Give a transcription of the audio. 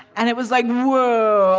and it was like, whoa.